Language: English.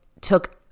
took